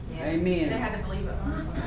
Amen